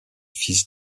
fils